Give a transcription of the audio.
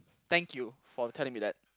thank you for telling me that